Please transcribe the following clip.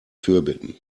fürbitten